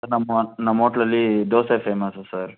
ನಮ್ಮ ನಮ್ಮ ಓಟ್ಲಲ್ಲಿ ದೋಸೆ ಫೇಮಸ್ಸು ಸರ್